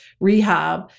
rehab